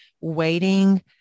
waiting